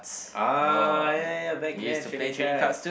ah ya ya ya back then trading cards